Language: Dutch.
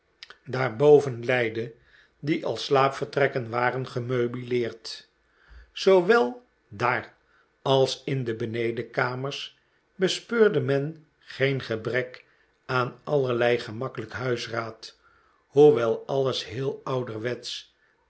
boven leidde die als slaapvertrekken waren gemeubileerd zoowel daar als in de benedenkamers bespeurde men geen gebrek aan allerlei gemakkelijk huisraad hoewel alles heel ouderwetsch